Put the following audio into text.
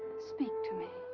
speak to me.